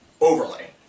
overlay